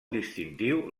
distintiu